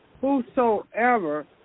Whosoever